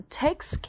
takes